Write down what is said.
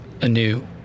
anew